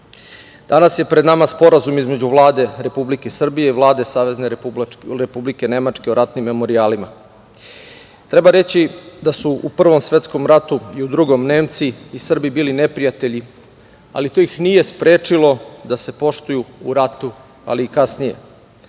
je pred sporazum između Vlade Republike Srbije i Vlade Savezne Republike o ratnim memorijalima. Treba reći da su u Prvom i Drugom svetskom ratu Nemci i Srbi bili neprijatelji, ali to ih nije sprečilo da se poštuju u ratu, ali i kasnije.